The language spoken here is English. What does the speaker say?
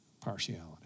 partiality